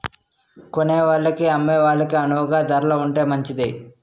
కొనేవాళ్ళకి అమ్మే వాళ్ళకి అణువుగా ధరలు ఉంటే మంచిది